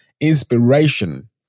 inspiration